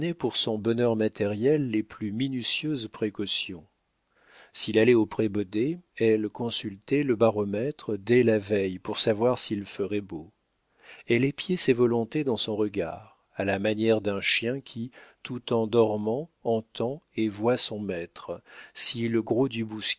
pour son bonheur matériel les plus minutieuses précautions s'il allait au prébaudet elle consultait le baromètre dès la veille pour savoir s'il ferait beau elle épiait ses volontés dans son regard à la manière d'un chien qui tout en dormant entend et voit son maître si le gros du